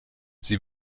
sie